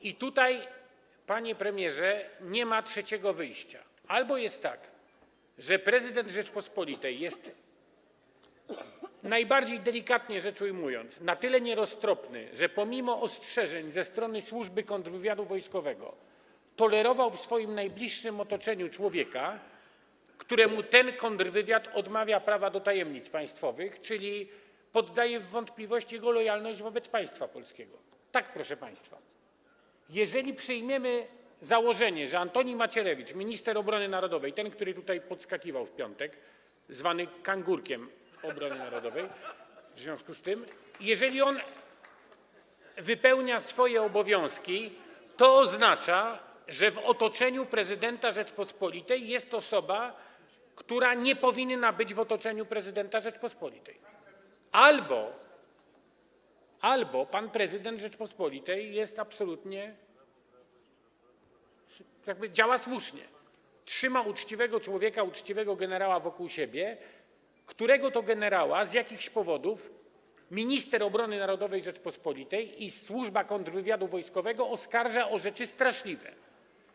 I tutaj, panie premierze, nie ma trzeciego wyjścia: albo jest tak, że prezydent Rzeczypospolitej jest, najbardziej delikatnie rzecz ujmując, na tyle nieroztropny, że pomimo ostrzeżeń ze strony Służby Kontrwywiadu Wojskowego tolerował w swoim najbliższym otoczeniu człowieka, któremu ten kontrwywiad odmawia prawa do tajemnic państwowych, czyli podaje w wątpliwość jego lojalność wobec państwa polskiego - tak, proszę państwa, jeżeli przyjmiemy założenie, że Antoni Macierewicz, minister obrony narodowej, ten, który tutaj podskakiwał w piątek, zwany w związku z tym kangurkiem obrony narodowej, [[Wesołość na sali, oklaski]] wypełnia swoje obowiązki, to oznacza, że w otoczeniu prezydenta Rzeczypospolitej jest osoba, która nie powinna być w otoczeniu prezydenta Rzeczypospolitej - albo pan prezydent Rzeczypospolitej jest absolutnie... jakby działa słusznie, trzyma uczciwego człowieka, uczciwego generała obok siebie, którego to generała z jakichś powodów minister obrony narodowej Rzeczypospolitej i Służba Kontrwywiadu Wojskowego oskarżają o rzeczy straszliwe.